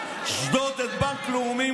שדוד את בנק לאומי,